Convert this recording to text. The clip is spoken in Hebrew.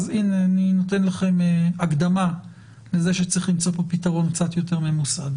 אז הנה אני נותן לכם הקדמה לזה שצריך למצוא פתרון קצת יותר ממוסד.